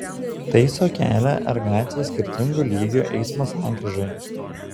taiso kelią ar gatvę skirtingų lygių eismo sankryžoje